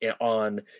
on